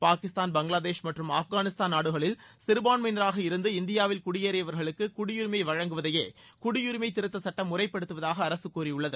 பாகிஸ்தான் பங்களாதேஷ் மற்றும் ஆப்கானிஸ்தான் நாடுகளில் சிறுபான்மையினராக இருந்து இந்தியாவில் குடியேறியவர்களுக்கு குடியுரிமை வழங்குவதையே குடியுரிமை திருத்த சுட்டம் முறைப்படுத்துவதாக அரசு கூறியுள்ளது